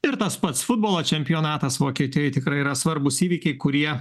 ir tas pats futbolo čempionatas vokietijoj tikrai yra svarbūs įvykiai kurie